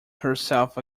herself